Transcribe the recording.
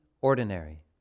ordinary